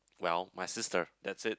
well my sister that's it